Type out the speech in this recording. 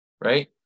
right